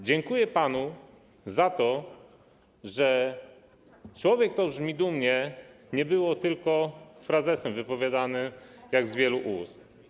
Dziękuję panu za to, że „człowiek to brzmi dumnie” nie było tylko frazesem wypowiadanym z wielu ust.